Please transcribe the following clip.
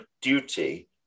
duty